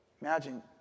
Imagine